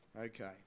Okay